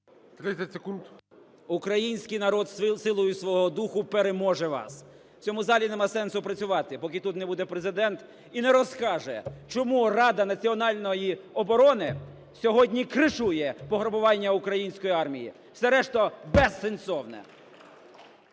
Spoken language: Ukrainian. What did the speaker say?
український народ силою свого духу переможе вас. В цьому залі нема сенсу працювати, поки не тут не буде Президент і не розкаже, чому Рада національної оборони сьогодні "кришує" пограбування української армії. Все решта – безсенсовне!